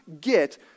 get